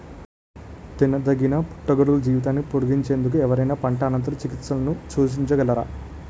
తినదగిన పుట్టగొడుగుల జీవితాన్ని పొడిగించేందుకు ఎవరైనా పంట అనంతర చికిత్సలను సూచించగలరా?